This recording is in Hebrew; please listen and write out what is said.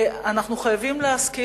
אנחנו חייבים להשכיל,